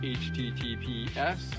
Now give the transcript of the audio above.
https